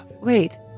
wait